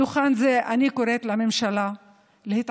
מדוכן זה אני קוראת לממשלה להתעשת,